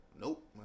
Nope